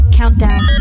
countdown